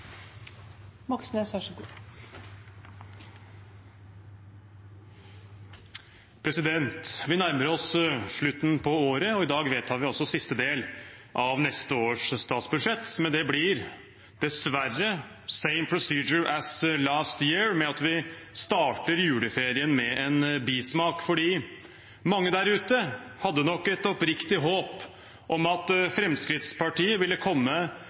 Vi nærmer oss slutten på året, og i dag vedtar vi altså siste del av neste års statsbudsjett, men det blir dessverre «same procedure as last year», med at vi starter juleferien med en bismak. Mange der ute hadde nok et oppriktig håp om at Fremskrittspartiet ville komme